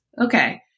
Okay